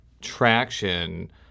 traction